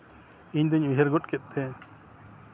ᱤᱧ ᱫᱚᱧ ᱩᱭᱦᱟᱹᱨ ᱜᱚᱫ ᱠᱮᱫᱛᱮ